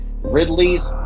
Ridley's